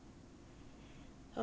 I just